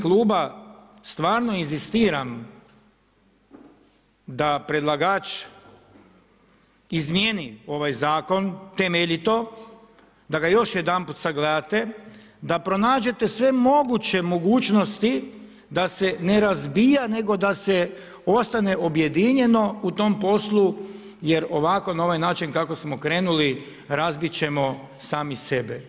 Stvarno inzistiram da predlagač izmijeni ovaj zakon temeljito, da ga još jedanput sagledate, da pronađete sve moguće mogućnosti da se ne razbija, nego da se ostane objedinjeno u tom poslu jer ovako na ovaj način kako smo krenuli razbit ćemo sami sebi.